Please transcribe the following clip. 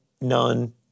none